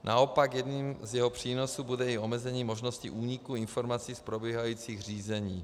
Naopak jedním z jeho přínosů bude i omezení možnosti úniku informací z probíhajících řízení.